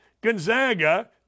Gonzaga